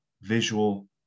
visual